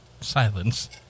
silence